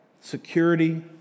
security